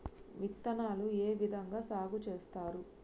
విత్తనాలు ఏ విధంగా సాగు చేస్తారు?